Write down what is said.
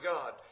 God